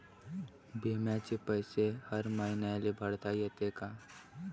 बिम्याचे पैसे हर मईन्याले भरता येते का?